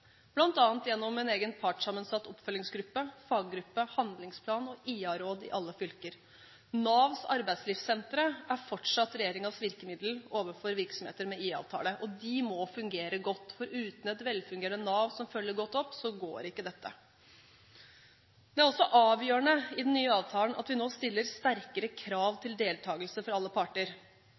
gjennom en egen partssammensatt oppfølgingsgruppe, faggruppe, handlingsplan og IA-råd i alle fylker. Navs arbeidslivssentre er fortsatt regjeringens virkemiddel overfor virksomheter med IA-avtale, og de må fungere godt, for uten et velfungerende Nav som følger godt opp, går ikke dette. Det er også avgjørende i den nye avtalen at vi nå stiller sterkere krav til deltakelse fra alle parter.